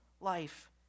life